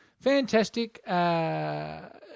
fantastic